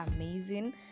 amazing